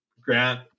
Grant